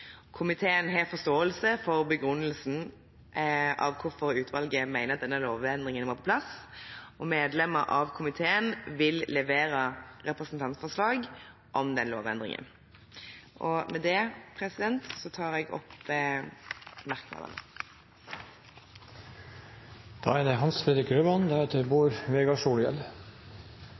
Komiteen har forståelse for begrunnelsen av hvorfor utvalget mener at denne lovendringen må på plass, og medlemmer av komiteen vil levere representantforslag om den lovendringen. Til slutt viser jeg til merknadene i innstillingen. EOS-utvalget skal føre løpende kontroll med de hemmelige tjenestene. Det er